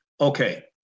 Okay